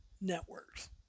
networks